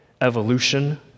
evolution